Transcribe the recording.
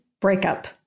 breakup